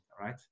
right